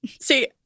see